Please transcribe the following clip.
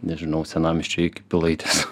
nežinau senamiesčio iki pilaitės